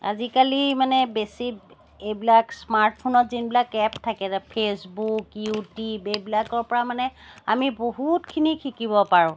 আজিকালি মানে বেছি এইবিলাক স্মাৰ্টফোনত যোনবিলাক এপ থাকে যে ফে'চবুক ইউটিউব এইবিলাকৰ পৰা মানে আমি বহুতখিনি শিকিব পাৰো